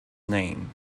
name